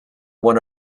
one